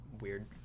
weird